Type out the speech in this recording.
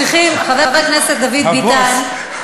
חבר הכנסת דוד ביטן,